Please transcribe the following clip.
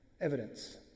Evidence